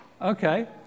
okay